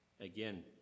Again